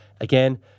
Again